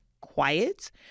quiet